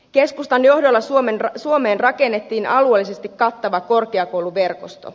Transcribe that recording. keskustan johdolla suomeen rakennettiin alueellisesti kattava korkeakouluverkosto